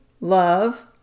love